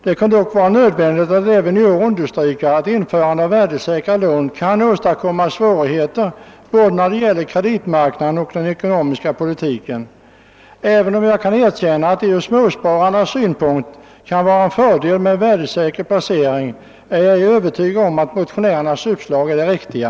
Det är dock nödvändigt att även i år understryka att införandet av värdesäk Ta lån kan åstadkomma svårigheter för både kreditmarknaden och den ekonomiska politiken. även om jag erkänner att det ur småspararnas synpunkt kan vara en fördel med en värdesäker placering, är jag icke övertygad om att motionärernas uppslag är riktiga.